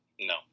No